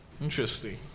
Interesting